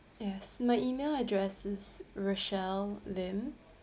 yes my email address is rochelle lim